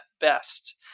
best